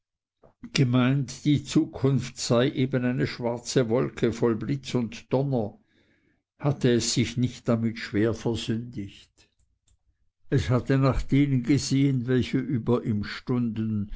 gemeint die zukunft sei eben eine schwarze wolke voll blitz und donner hatte es sich nicht schwer damit versündigt es hatte gesehen nach denen welche über ihm stunden